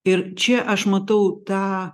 ir čia aš matau tą